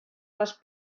les